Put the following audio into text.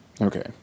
Okay